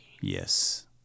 Yes